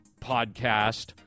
podcast